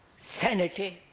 sanity,